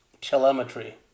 telemetry